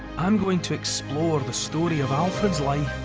i'm going to explore the story of alfred's life.